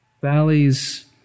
valleys